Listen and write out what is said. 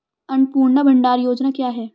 अन्नपूर्णा भंडार योजना क्या है?